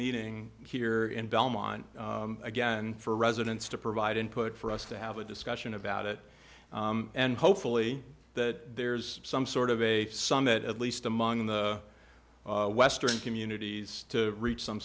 meeting here in belmont again for residents to provide input for us to have a discussion about it and hopefully that there's some sort of a summit at least among the western communities to reach some